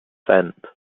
cent